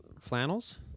flannels